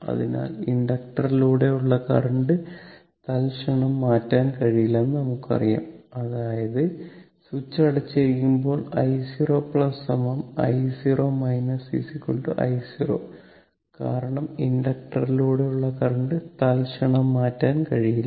അതിനാൽ ഇൻഡക്ടറിലൂടെയുള്ള കറന്റ് തൽക്ഷണം മാറാൻ കഴിയില്ലെന്ന് നമുക്കറിയാം അതായത് സ്വിച്ച് അടച്ചിരിക്കുമ്പോൾ i0 i0 I0 കാരണം ഇൻഡക്ടറിലൂടെയുള്ള കറന്റ് തൽക്ഷണം മാറാൻ കഴിയില്ല